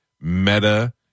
Meta